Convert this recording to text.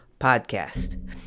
podcast